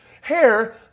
Hair